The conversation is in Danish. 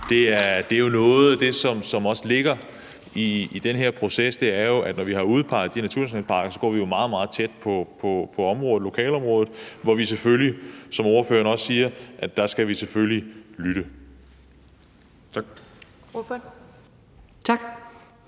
at noget af det, som også ligger i den her proces, er, at når vi har udpeget de naturnationalparker, går vi jo meget, meget tæt på lokalområdet, hvor vi, som ordføreren også siger, selvfølgelig skal lytte. Tak.